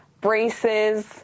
braces